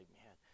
man